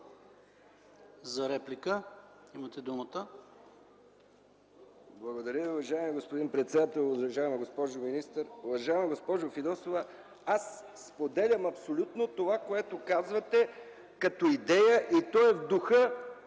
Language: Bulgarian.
за реплика. МИХАИЛ МИКОВ (КБ): Благодаря. Уважаеми господин председател, уважаема госпожо министър! Уважаема госпожо Фидосова, аз споделям абсолютно това, което казвате като идея и то е в духа